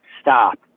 stop